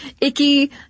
icky